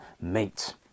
meet